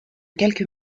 quelques